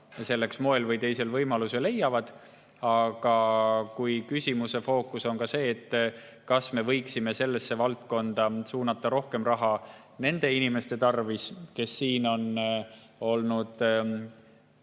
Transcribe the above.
selleks ühel või teisel moel võimaluse leiavad. Kui küsimuse fookuses on see, kas me võiksime sellesse valdkonda suunata rohkem raha nende inimeste tarvis, kes on siin olnud